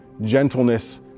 gentleness